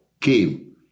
came